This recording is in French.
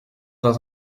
dans